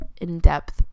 in-depth